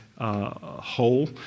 Whole